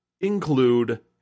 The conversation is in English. include